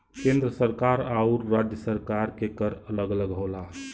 केंद्र सरकार आउर राज्य सरकार के कर अलग अलग होला